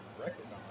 recognize